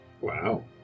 Wow